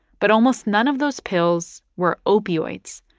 but almost none of those pills were opioids.